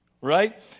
right